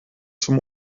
zum